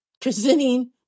presenting